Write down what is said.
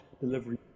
delivery